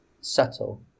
Subtle